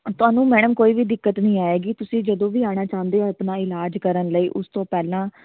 ਤੁਹਾਨੂੰ ਮੈਡਮ ਕੋਈ ਵੀ ਦਿੱਕਤ ਨਹੀਂ ਆਏਗੀ ਤੁਸੀਂ ਜਦੋਂ ਵੀ ਆਉਣਾ ਚਾਹੁੰਦੇ ਹੋ ਆਪਣਾ ਇਲਾਜ ਕਰਨ ਲਈ ਉਸ ਤੋਂ ਪਹਿਲਾਂ